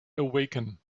awaken